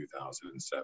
2007